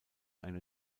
eine